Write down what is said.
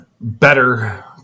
better